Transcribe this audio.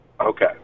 Okay